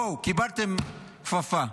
בואו, קיבלתם כפפה.